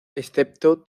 excepto